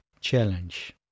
challenge